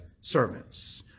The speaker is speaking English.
servants